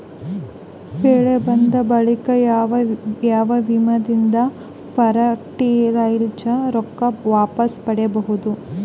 ಬೆಳಿ ಬಂದ ಬಳಿಕ ಯಾವ ವಿಮಾ ದಿಂದ ಫರಟಿಲೈಜರ ರೊಕ್ಕ ವಾಪಸ್ ಪಡಿಬಹುದು?